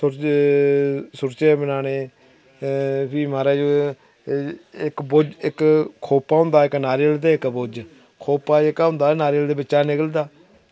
सुच्चे बनाने फ्ही म्हाराज इक बोज इक खोप्पा होंदा इक नारियल ते इक बोज्ज खोप्पा जेह्का होंदा नारियल दे बिच्चा निकलदा